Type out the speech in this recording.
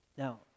Now